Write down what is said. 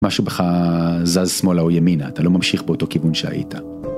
משהו בך זז שמאלה או ימינה אתה לא ממשיך באותו כיוון שהיית.